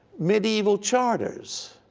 medieval charters,